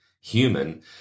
human